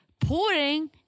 pouring